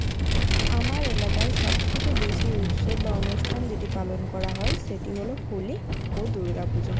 আমার এলাকায় সব থেকে বেশি উৎসব বা অনুষ্ঠান যেটি পালন করা হয় সেটি হলো হোলি ও দুর্গা পুজো